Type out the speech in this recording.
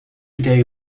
idee